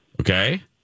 Okay